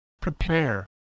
prepare